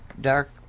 dark